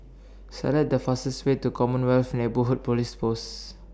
Select The fastest Way to Commonwealth Neighbourhood Police Post